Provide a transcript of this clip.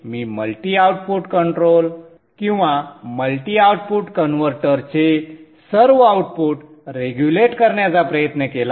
मी multi output control किंवा multi output कन्व्हर्टरचे सर्व आउटपुट रेग्युलेट करण्याचा प्रयत्न केला